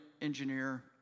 engineer